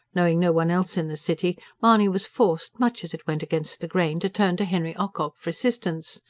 knowing no one else in the city, mahony was forced, much as it went against the grain, to turn to henry ocock for assistance.